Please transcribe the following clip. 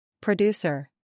Producer